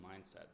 mindset